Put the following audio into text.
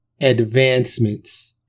advancements